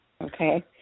Okay